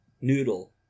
Noodle